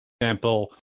example